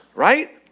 right